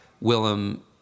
Willem